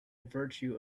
virtue